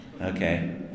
okay